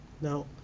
now